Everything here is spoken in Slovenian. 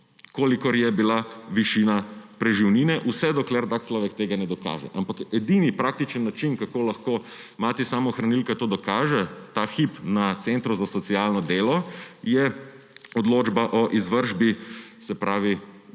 kolikor je bila višina preživnine, vse dokler človek tega ne dokaže. Ampak edini praktičen način, kako lahko mati samohranilka to dokaže ta hip na centru za socialno delo, je odloča o izvršbi, se pravi